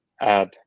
add